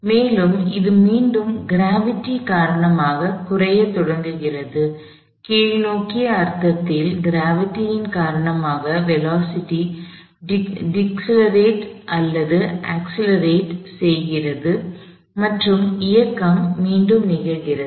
மேலும் அது மீண்டும் க்ராவிட்டி gravity ஈர்ப்பு விசை காரணமாக குறையத் தொடங்குகிறது கீழ்நோக்கிய அர்த்தத்தில் க்ராவிட்டி ன் காரணமாக வேலோஸிட்டி ஐ டிக்லெரேட் அல்லது அக்ஸ்லெரேட் செய்கிறது மற்றும் இயக்கம் மீண்டும் நிகழ்கிறது